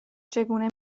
چگونه